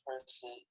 person